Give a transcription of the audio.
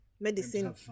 medicine